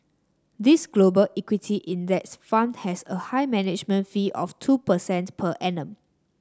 this Global equity index fund has a high management fee of two percent per annum